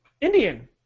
Indian